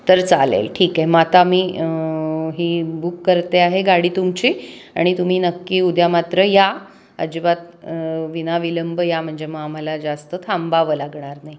तर चालेल ठीक आहे मग आता मी ही बुक करते आहे गाडी तुमची आणि तुम्ही नक्की उद्या मात्र या अजिबात विनाविलंब या म्हणजे मग आम्हाला जास्त थांबावं लागणार नाही